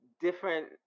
different